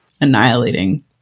annihilating